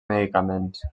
medicaments